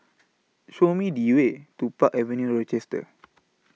Show Me The Way to Park Avenue Rochester